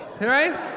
right